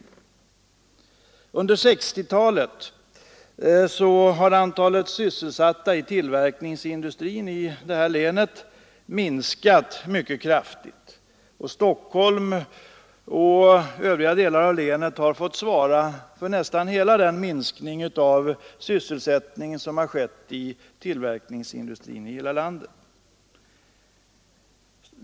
Under 1960-talet har antalet sysselsatta i tillverkningsindustrin i länet minskat mycket kraftigt, och Stockholm har tillsammans med övriga delar av länet fått svara för nästan hela den minskning av sysselsättningen som skett inom tillverkningsindustrin i landet.